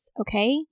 okay